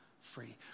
free